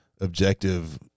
objective